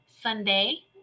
Sunday